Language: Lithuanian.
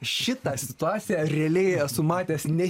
šitą situaciją realiai esu matęs ne